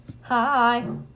Hi